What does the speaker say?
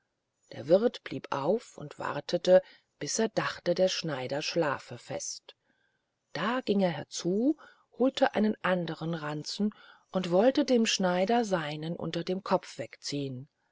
der wirth blieb auf und wartete bis er dacht der schneider schlafe fest da ging er herzu holte einen andern ranzen und wollte dem schneider seinen unter dem kopf wegziehen